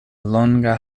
longa